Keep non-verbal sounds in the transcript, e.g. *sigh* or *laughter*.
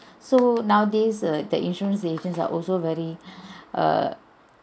so nowadays err the insurance agents are also very *breath* err